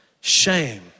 Shame